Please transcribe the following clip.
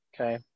Okay